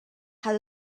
had